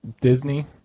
Disney